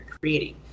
creating